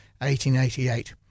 1888